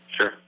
Sure